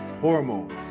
hormones